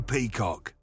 Peacock